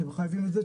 אתם חייבים את זה,